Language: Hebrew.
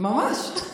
ממש.